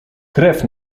krew